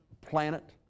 planet